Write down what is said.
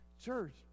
church